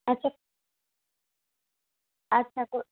আচ্ছা আচ্ছা তো